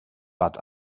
but